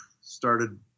started